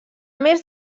més